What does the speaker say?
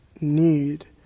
need